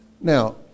Now